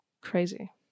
Crazy